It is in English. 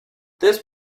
this